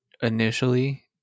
initially